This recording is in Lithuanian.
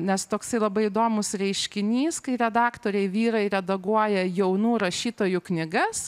nes toksai labai įdomus reiškinys kai redaktoriai vyrai redaguoja jaunų rašytojų knygas